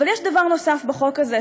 אבל יש דבר נוסף בחוק הזה,